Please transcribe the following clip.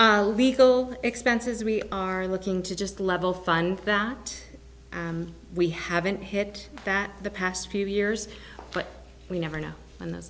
legal expenses we are looking to just level fund that we haven't hit that the past few years but we never know and th